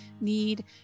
need